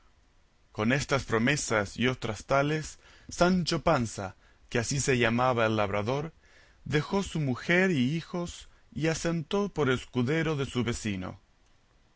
con estas promesas y otras tales sancho panza que así se llamaba el labrador dejó su mujer y hijos y asentó por escudero de su vecino